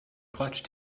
clutch